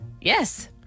Yes